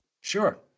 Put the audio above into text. Sure